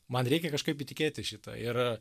man reikia kažkaip įtikėti šitą ir